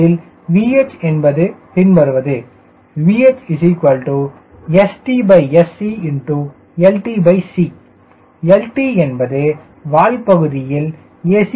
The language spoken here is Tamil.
அதில் VH என்பது பின்வருவது VH StScltc lt என்பது வால் பகுதியில் a